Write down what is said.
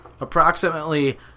Approximately